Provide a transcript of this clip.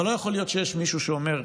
אבל לא יכול להיות שיש מישהו שאומר: